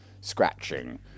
scratching